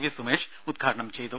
V Sumesh ഉദ്ഘാടനം ചെയ്തു